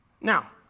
Now